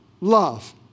love